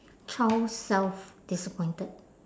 child self disappointed